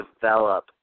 develop